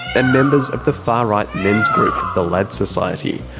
and members of the far right men's group, the lads society.